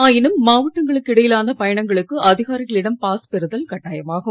ஆயினும் மாவட்டங்களுக்கு இடையிலான பயணங்களுக்கு அதிகாரிகளிடம் பாஸ் பெறுதல் கட்டாயமாகும்